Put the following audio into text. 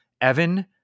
Evan